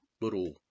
little